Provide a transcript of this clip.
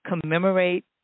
commemorate